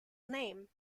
name